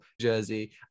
Jersey